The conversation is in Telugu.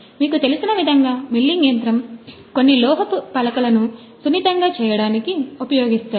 మీకు తెలిసిన విధంగా మిల్లింగ్ యంత్రం కొన్ని లోహపు పలకలను సున్నితంగా చేయడానికి ఉపయో గాగిస్తారు